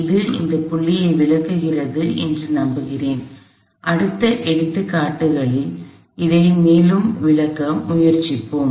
இது புள்ளியை விளக்குகிறது என்று நம்புகிறேன் அடுத்த எடுத்துக்காட்டுகளில் இதை மேலும் விளக்க முயற்சிப்போம்